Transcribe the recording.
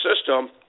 system